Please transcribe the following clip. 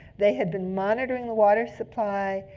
they had been monitoring the water supply,